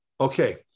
okay